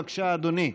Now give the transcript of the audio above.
בבקשה, אדוני.